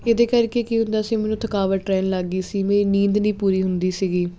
ਇਹਦੇ ਕਰਕੇ ਕੀ ਹੁੰਦਾ ਸੀ ਮੈਨੂੰ ਥਕਾਵਟ ਰਹਿਣ ਲੱਗ ਗਈ ਸੀ ਮੇਰੀ ਨੀਂਦ ਨਹੀਂ ਪੂਰੀ ਹੁੰਦੀ ਸੀਗੀ